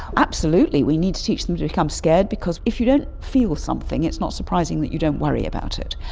absolutely we need to teach them to become scared because if you don't feel something it's not surprising that you don't worry about it.